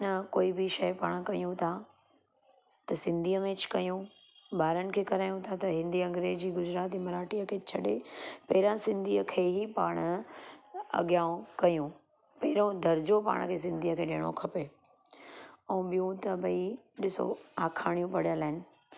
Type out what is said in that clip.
अन को बि शइ पाणि कयूं था त सिंधीअ में ज कयूं ॿारनि खे करायूं था त हिन्दी अंग्रेजी गुजराती मराठीअ खे छ्ॾे पहिरियां सिंधीअ खे ही पाणि अॻियां कयूं पहिरियों दर्जो पाण खे सिंधीअ खे ॾियणो खपे अऊं ॿियों त भई ॾिसो आखाणियूं पढ़ियल आहिनि